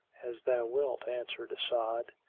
as thou wilt, answered as'ad,